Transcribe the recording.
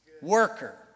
Worker